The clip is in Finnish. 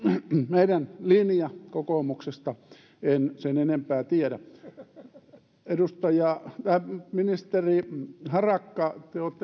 meidän linjamme kokoomuksesta en sen enempää tiedä ministeri harakka